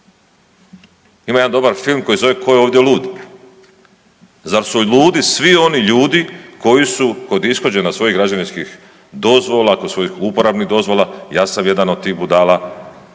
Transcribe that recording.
Ima jedan dobar film koji se zove „Tko je ovdje lud“, zar su ludi svi oni ljudi koji su kod ishođenja svojih građevinskih dozvola, kod svojih uporabnih dozvola, ja sam jedan od tih budala